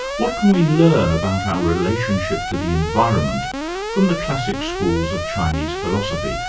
what can we learn about our relationship to the environment from the classic schools of chinese philosophy,